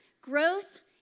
growth